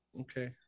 Okay